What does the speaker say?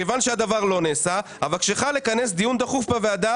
כיוון שהדבר לא נעשה אבקשך לכנס דיון דחוף בוועדה